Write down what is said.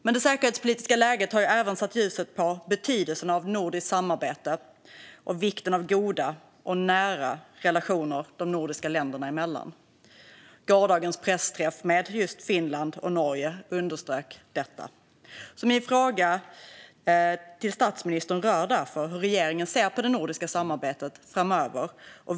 Men det säkerhetspolitiska läget har även satt ljuset på betydelsen av nordiskt samarbete och vikten av goda och nära relationer de nordiska länderna emellan. Gårdagens pressträff med Finland och Norge underströk detta. Min fråga till statsministern rör därför hur regeringen ser på det nordiska samarbetet framöver.